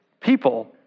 people